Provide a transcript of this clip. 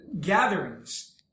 gatherings